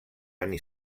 anni